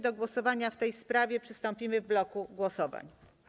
Do głosowania w tej sprawie przystąpimy w bloku głosowań.